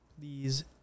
Please